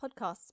podcasts